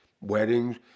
weddings